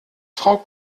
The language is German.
frau